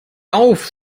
auf